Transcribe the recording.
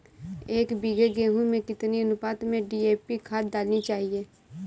एक बीघे गेहूँ में कितनी अनुपात में डी.ए.पी खाद डालनी चाहिए?